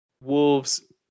Wolves